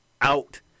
out